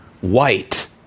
white